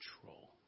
control